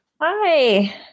hi